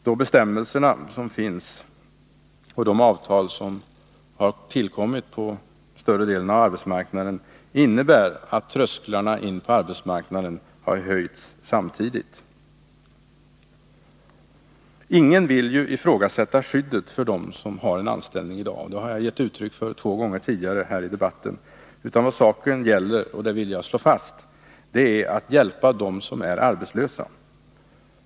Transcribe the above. De bestämmelser som finns och de avtal som har tillkommit på större delen av arbetsmarknaden innebär att trösklarna in på arbetsmarknaden har höjts. Ingen vill ifrågasätta skyddet för dem som har en anställning i dag — den uppfattningen har jag gett uttryck för två gånger tidigare här i debatten. Vad saken gäller — och det vill jag slå fast — är att skydda dem som är arbetslösa.